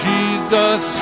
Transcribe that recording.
Jesus